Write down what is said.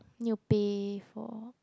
need to pay for